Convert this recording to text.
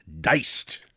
diced